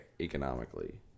economically